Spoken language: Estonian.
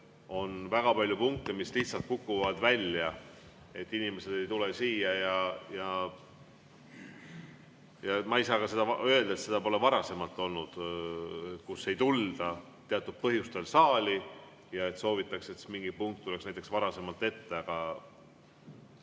on väga palju punkte, mis lihtsalt kukuvad välja, sest inimesed ei tule siia kohale. Ma ei saa ka seda öelda, et seda pole varasemalt olnud, et ei tulda teatud põhjustel saali ja soovitakse, et mingi punkt oleks näiteks varasemalt tehtud.